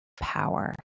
power